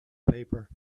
paper